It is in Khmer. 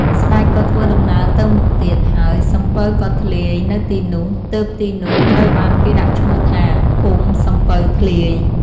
ស្តេចក៏ធ្វើដំណើរទៅមុខទៀត ហើយសំពៅក៏ធ្លាយនៅទីនោះ ទើបទីនោះត្រូវបានគេដាក់ឈ្មោះថា ភូមិសំពៅធ្លាយ។